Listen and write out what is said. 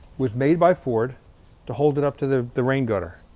was made by ford to hold it up to the the rain gutter.